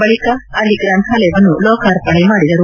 ಬಳಕ ಅಲ್ಲಿ ಗ್ರಂಥಾಲಯವನ್ನು ಲೋಕಾರ್ಪಣೆ ಮಾಡಿದರು